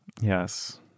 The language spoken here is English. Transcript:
Yes